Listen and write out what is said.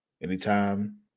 anytime